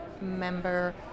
member